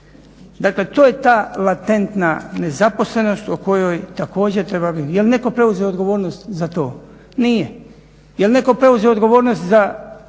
Dakle, to je ta latentna nezaposlenost o kojoj također treba voditi brigu. Jel' netko preuzeo odgovornost za to? Nije. Jel' netko preuzeo odgovornost za